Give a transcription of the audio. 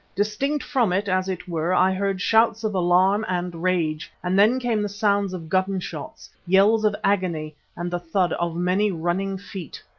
distinct from it, as it were, i heard shouts of alarm and rage, and then came the sounds of gunshots, yells of agony and the thud of many running feet.